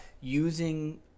using